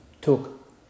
took